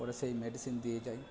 ওরা সেই মেডিসিন দিয়ে যায়